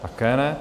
Také ne.